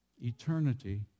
Eternity